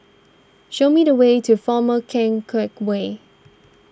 show me the way to former Keng Teck Whay